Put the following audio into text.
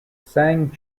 seng